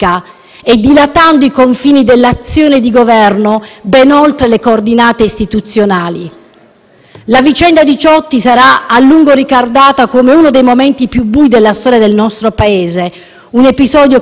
La vicenda Diciotti sarà a lungo ricordata come uno dei momenti più bui della storia del nostro Paese, un episodio che ci auguriamo resti isolato. In quest'Assemblea potrebbe andare in scena il secondo atto di questo dramma.